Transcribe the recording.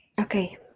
Okay